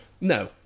No